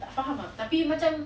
tak faham lah tapi macam